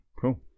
Cool